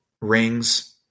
rings